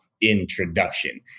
introduction